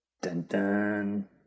Dun-dun